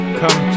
come